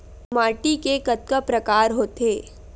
माटी के कतका प्रकार होथे?